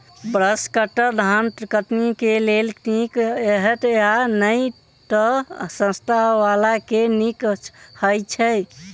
Brush cutter धान कटनी केँ लेल नीक हएत या नै तऽ सस्ता वला केँ नीक हय छै?